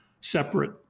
separate